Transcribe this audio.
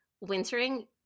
wintering